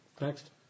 Next